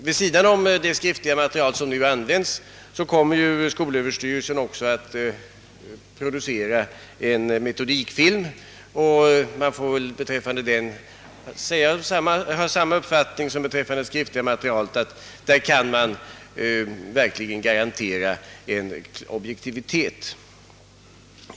Vid sidan om det skriftliga material som nu används kommer skolöverstyrelsen också att producera en metodikfilm. Man får väl beträffande den ha samma uppfattning som beträffande det skriftliga materialet: att objektivitet verkligen kan garanteras.